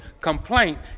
complaint